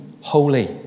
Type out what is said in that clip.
holy